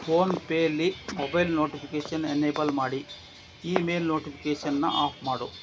ಫೋನ್ಪೇಲಿ mobile notification enable ಮಾಡಿ email ನೋಟಿಪಿಕೇಷನ್ನ off ಮಾಡು